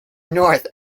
north